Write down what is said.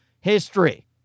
history